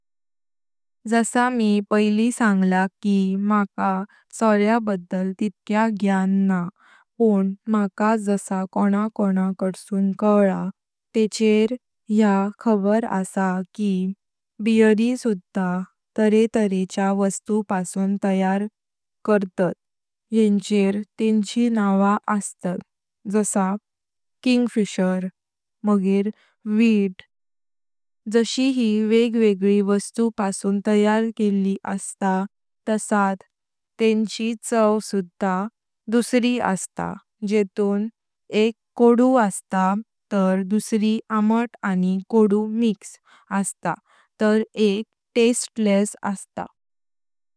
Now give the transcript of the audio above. जसा मी पायली सांगला की माका सोरया बद्दल तितक्या ज्ञान म्हा पण माका जसा कोणा कोणा कड्सून कैला तेचेर या खबरी असा की बेरी सुधा तरे तरेच्या वस्तु पासून तयार करतात जेन्चेर तेंची नावा असात जसा, मगेर, जशी यी वेग वेगली वस्तु पासून तयार केली असतात तसेच तेंची चव सुधा दुसरी अस्त जेतून एक कडू अस्त तार दुसरी अमात अनि कडू मिक्स अस्त तार एक अस्त।